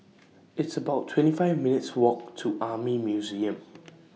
It's about twenty five minutes' Walk to Army Museum